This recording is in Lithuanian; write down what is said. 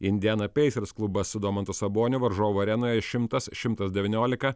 indiana pacers klubas su domantu saboniu varžovų arenoje šimtas šimtas devyniolika